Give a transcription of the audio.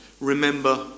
remember